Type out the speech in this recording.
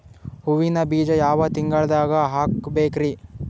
ಹೂವಿನ ಬೀಜ ಯಾವ ತಿಂಗಳ್ದಾಗ್ ಹಾಕ್ಬೇಕರಿ?